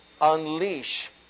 unleash